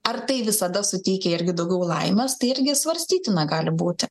ar tai visada suteikia irgi daugiau laimės tai irgi svarstytina gali būti